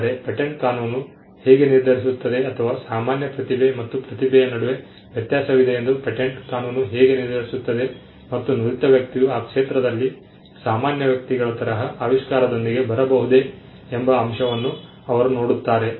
ಆದರೆ ಪೇಟೆಂಟ್ ಕಾನೂನು ಹೇಗೆ ನಿರ್ಧರಿಸುತ್ತದೆ ಅಥವಾ ಸಾಮಾನ್ಯ ಪ್ರತಿಭೆ ಮತ್ತು ಪ್ರತಿಭೆಯ ನಡುವೆ ವ್ಯತ್ಯಾಸವಿದೆ ಎಂದು ಪೇಟೆಂಟ್ ಕಾನೂನು ಹೇಗೆ ನಿರ್ಧರಿಸುತ್ತದೆ ಮತ್ತು ನುರಿತ ವ್ಯಕ್ತಿಯು ಆ ಕ್ಷೇತ್ರದಲ್ಲಿ ಸಾಮಾನ್ಯ ವ್ಯಕ್ತಿಗಳ ತರಹ ಆವಿಷ್ಕಾರದೊಂದಿಗೆ ಬರಬಹುದೇ ಎಂಬ ಅಂಶವನ್ನು ಅವರು ನೋಡುತ್ತಾರೆ